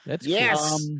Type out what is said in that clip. Yes